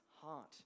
heart